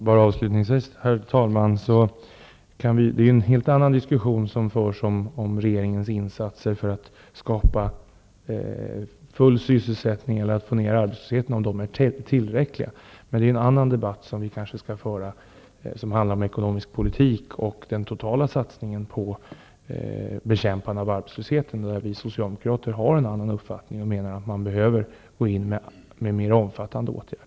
Herr talman! Det är en helt annan diskussion som förs, om regeringens insatser för att skapa full sysselsättning eller för att få ned arbetslösheten är tillräckliga. Den debatten handlar om ekonomisk politik och den totala satsningen på att bekämpa arbetslösheten. Där har vi socialdemokrater en annan uppfattning, och vi menar att man behöver gå in med mer omfattande åtgärder.